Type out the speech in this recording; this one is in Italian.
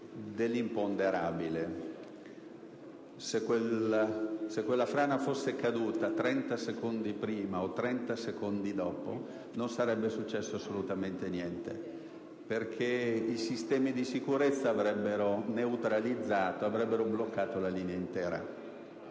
dell'imponderabile: se quella frana fosse caduta 30 secondi prima o dopo non sarebbe successo assolutamente niente, perché i sistemi di sicurezza avrebbero bloccato la linea intera.